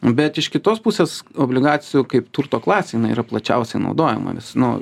bet iš kitos pusės obligacijų kaip turto klasė jinai yra plačiausiai naudojama nes nu